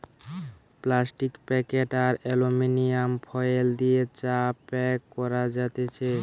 plastic packet আর aluminium foil দিয়ে চা প্যাক করা যাতেছে